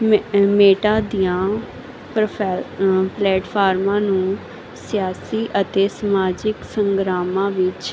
ਮੇ Meta ਦੀਆਂ profile ਪਲੇਟਫਾਰਮਾਂ ਨੂੰ ਸਿਆਸੀ ਅਤੇ ਸਮਾਜਿਕ ਸੰਗਰਾਵਾਂ ਵਿੱਚ